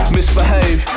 Misbehave